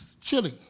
Chilling